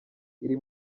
iri